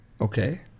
Okay